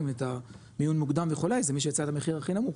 את המיון המוקדם וכו' זה מי שיציע את המחיר הכי נמוך,